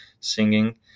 singing